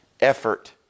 effort